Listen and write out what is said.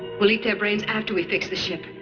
we'll eat their brains after we fix the ship.